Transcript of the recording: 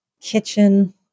kitchen